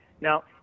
Now